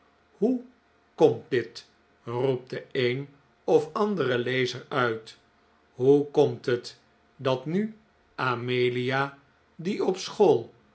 hoe komt dit roept de een of andere lezer uit hoe komt het dat nu amelia die op school